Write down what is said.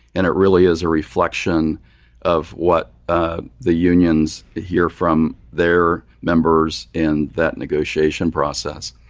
and it really is a reflection of what ah the unions hear from their members in that negotiation process.